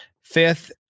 fifth